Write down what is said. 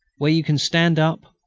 where you can stand up,